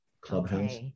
Clubhouse